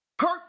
Hurt